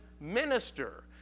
minister